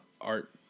art